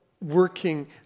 working